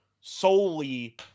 solely